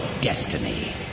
destiny